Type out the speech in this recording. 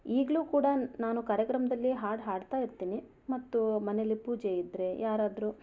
ಈಗಲೂ ಕೂಡ ನಾನು ಕಾರ್ಯಕ್ರಮದಲ್ಲಿ ಹಾಡು ಹಾಡ್ತಾ ಇರ್ತೀನಿ ಮತ್ತು ಮನೆಯಲ್ಲಿ ಪೂಜೆ ಇದ್ದರೆ ಯಾರಾದರೂ